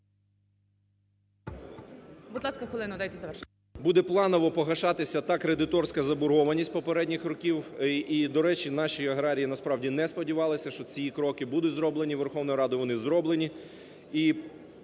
Буде планово погашатися та кредиторська заборгованість попередніх років. І, до речі, наші аграрії насправді не сподівалися, що ці кроки будуть зроблені, Верховною Радою вони зроблені.